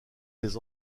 des